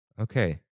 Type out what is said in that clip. Okay